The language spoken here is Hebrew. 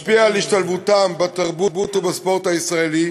משפיע על השתלבותם בתרבות ובספורט הישראלי,